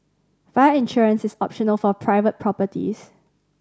fire insurance is optional for private properties